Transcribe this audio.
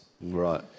Right